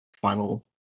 final